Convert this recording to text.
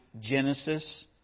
Genesis